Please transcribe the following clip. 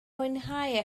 mwynhau